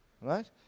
Right